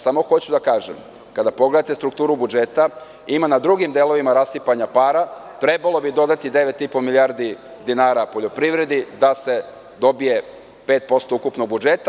Samo hoću da kažem, kada pogledate strukturu budžeta, ima na drugim delovima rasipanja para, trebalo bi dodati 9,5 milijardi dinara poljoprivredi da se dobije 5% ukupnog budžeta.